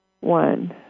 one